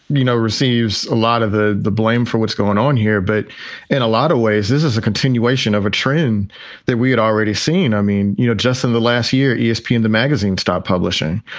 you know, receives a lot of the the blame for what's going on here. but in a lot of ways, this is a continuation of a trend that we had already seen. i mean, you know, just in the last year, yeah espn and the magazine stopped publishing.